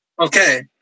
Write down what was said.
Okay